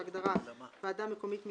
ההגדרה "ועדה מקומית מקצועית"